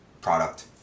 product